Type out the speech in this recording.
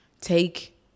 Take